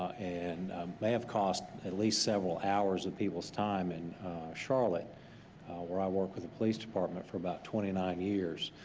and may have cost at least several hours of people's time in charlotte where i worked with the police department for about twenty nine years.